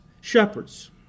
shepherds